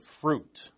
fruit